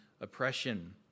oppression